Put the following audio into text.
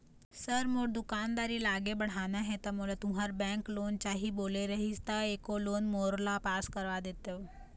Sir मोर दुकानदारी ला आगे बढ़ाना हे ता मोला तुंहर बैंक लोन चाही बोले रीहिस ता एको लोन मोरोला पास कर देतव?